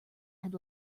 had